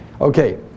Okay